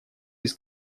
без